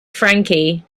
frankie